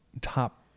top